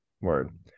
word